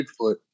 bigfoot